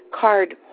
card